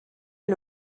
est